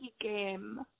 game